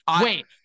Wait